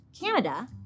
Canada